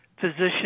physician